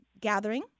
gathering